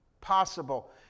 possible